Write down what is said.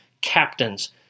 captains